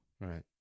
Right